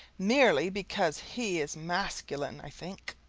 merely because he is masculine, i think.